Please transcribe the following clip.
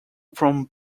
from